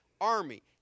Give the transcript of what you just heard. Army